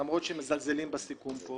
למרות שהם מזלזלים בסיכום פה